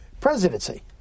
presidency